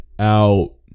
out